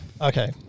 Okay